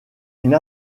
une